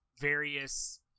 various